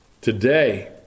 Today